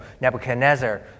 Nebuchadnezzar